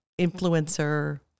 influencer